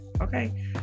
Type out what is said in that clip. Okay